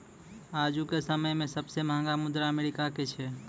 आजुका समय मे सबसे महंगा मुद्रा अमेरिका के छै